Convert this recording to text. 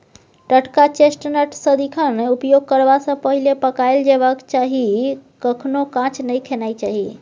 टटका चेस्टनट सदिखन उपयोग करबा सँ पहिले पकाएल जेबाक चाही कखनहुँ कांच नहि खेनाइ चाही